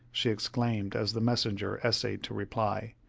she exclaimed, as the messenger essayed to reply.